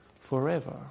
forever